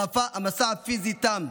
המסע הפיזי תם,